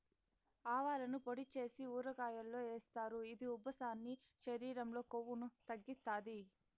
ఆవాలను పొడి చేసి ఊరగాయల్లో ఏస్తారు, ఇది ఉబ్బసాన్ని, శరీరం లో కొవ్వును తగ్గిత్తాది